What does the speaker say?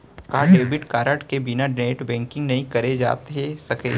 का debit card के बिना नेट बैंकिंग नई करे जाथे सके?